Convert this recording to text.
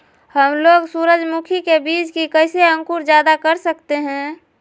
हमलोग सूरजमुखी के बिज की कैसे अंकुर जायदा कर सकते हैं?